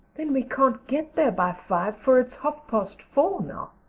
then we can't get there by five, for it's half past four now,